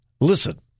listen